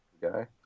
guy